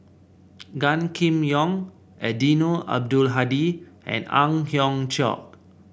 Gan Kim Yong Eddino Abdul Hadi and Ang Hiong Chiok